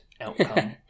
outcome